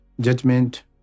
judgment